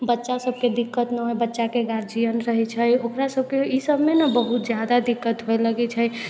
बच्चासभके दिक्कत ना होइ बच्चाके गार्जियन रहै छै ओकरासभके ईसभमे ने बहुत ज्यादा दिक्कत होय लगै छै